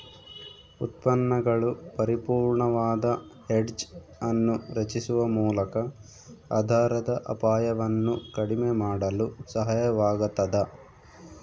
ಉತ್ಪನ್ನಗಳು ಪರಿಪೂರ್ಣವಾದ ಹೆಡ್ಜ್ ಅನ್ನು ರಚಿಸುವ ಮೂಲಕ ಆಧಾರದ ಅಪಾಯವನ್ನು ಕಡಿಮೆ ಮಾಡಲು ಸಹಾಯವಾಗತದ